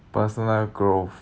personal growth